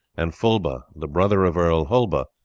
and fulba, the brother of earl hulba,